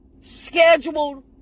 scheduled